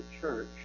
church